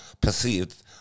perceived